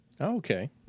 Okay